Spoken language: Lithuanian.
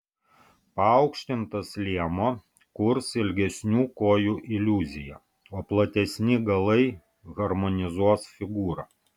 paaukštintas liemuo kurs ilgesnių kojų iliuziją o platesni galai harmonizuos figūrą